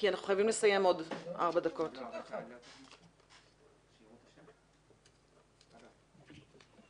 אנחנו מודים גם לכם שהגעתם באופן אישי וגם לכל מי שהשתתף בדיון